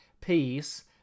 peace